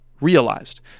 realized